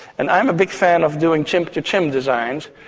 and i'm a big fan of doing chimp-to-chimp designs.